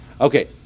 Okay